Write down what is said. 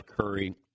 Curry